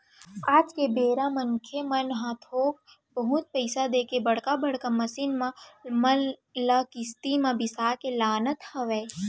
आज के बेरा मनखे मन ह थोक बहुत पइसा देके बड़का बड़का मसीन मन ल किस्ती म बिसा के लानत हवय